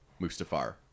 Mustafar